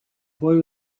boy